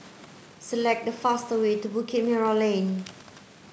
select the fastest way to Bukit Merah Lane